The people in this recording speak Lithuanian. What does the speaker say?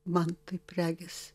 man taip regis